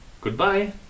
Goodbye